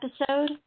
episode